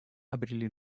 обрели